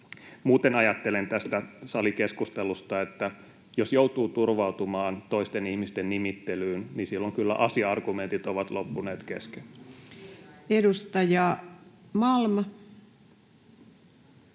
Muuten ajattelen tästä salikeskustelusta, että jos joutuu turvautumaan toisten ihmisten nimittelyyn, niin silloin kyllä asia-argumentit ovat loppuneet kesken. [Speech 94]